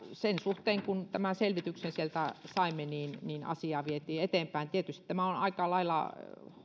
sen suhteen kun tämän selvityksen sieltä saimme asiaa vietiin eteenpäin tietysti tämä on aika lailla